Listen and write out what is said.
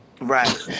Right